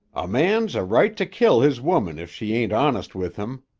a man's a right to kill his woman if she ain't honest with him,